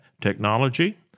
technology